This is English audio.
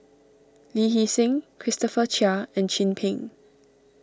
Lee Hee Seng Christopher Chia and Chin Peng